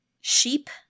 sheep